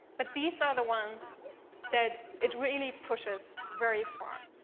but these are the ones that it really pushes very far.